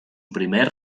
primer